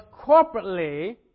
corporately